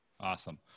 Awesome